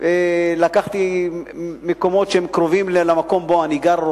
לקחתי מקומות שהם קרובים למקום שבו אני גר,